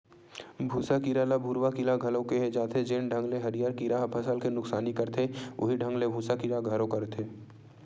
भूँसा कीरा ल भूरूवा कीरा घलो केहे जाथे, जेन ढंग ले हरियर कीरा ह फसल के नुकसानी करथे उहीं ढंग ले भूँसा कीरा घलो करथे